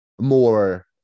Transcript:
more